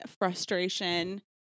frustration